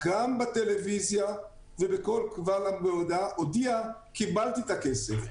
גם בטלוויזיה וקבל עם ועדה הודיע משרד הבריאות שהוא קיבל את הכסף,